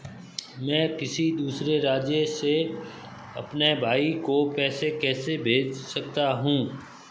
मैं किसी दूसरे राज्य से अपने भाई को पैसे कैसे भेज सकता हूं?